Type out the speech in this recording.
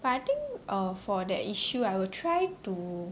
but I think err for that issue I will try to